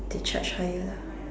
they charge higher lah